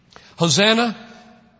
Hosanna